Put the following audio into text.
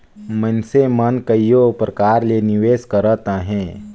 मइनसे मन कइयो परकार ले निवेस करत अहें